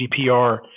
GDPR